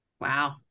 Wow